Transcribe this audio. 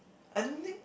I don't think